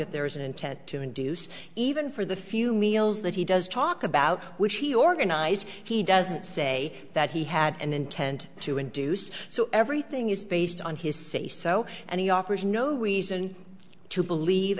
that there is an intent to induce even for the few meals that he does talk about which he organized he doesn't say that he had an intent to induce so everything is based on his say so and he offers no reason to believe